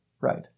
Right